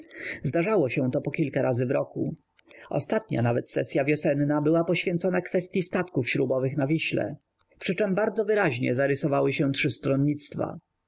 zdarzało się to po kilka razy w roku ostatnia nawet sesya wiosenna była poświęcona kwestyi statków śrubowych na wiśle przyczem bardzo wyraźnie zarysowały się trzy stronnictwa